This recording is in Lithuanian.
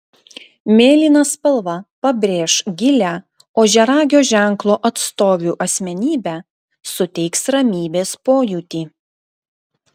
mėlyna spalva pabrėš gilią ožiaragio ženklo atstovių asmenybę suteiks ramybės pojūtį